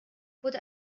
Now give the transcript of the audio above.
wurde